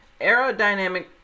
aerodynamic